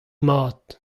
mat